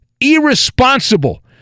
Irresponsible